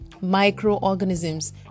Microorganisms